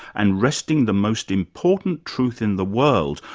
and resting the most important truth in the world,